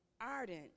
ardent